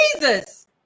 Jesus